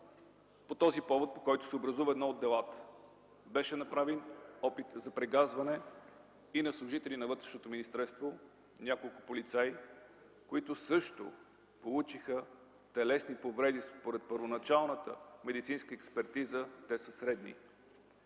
по този повод, по който се образува едно от делата. Беше направен опит за прегазване и на служители на Вътрешното министерство, на няколко полицаи, които също получиха телесни повреди. Според първоначалната медицинска експертиза те са средни.